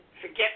forget